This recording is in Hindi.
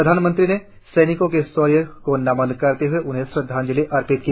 प्रधानमंत्री ने सैनिकों के शौर्य को नमन करते हए उन्हें श्रद्धांजली अर्पित की